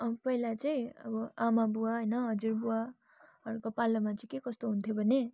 अँ पहिला चाहिँ अब आमा बुवा होइन हजुरबुवाहरूको पालामा चाहिँ के कस्तो हुन्थ्यो भने